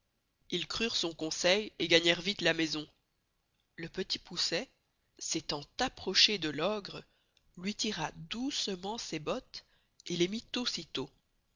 ils crurent son conseil et gagnerent viste la maison le petit poucet s'estant approché de l'ogre lui tira doucement ses bottes et les mit aussi